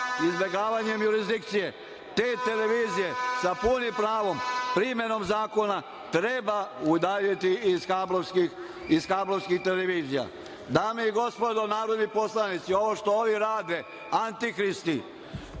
izbegavanjem jurisdikcije. Te televizije sa punim pravom, primenom zakona, treba udaljiti iz kablovskih televizija. Dame i gospodo narodni poslanici, ovo što ovi rade, antihristi,